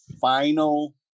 final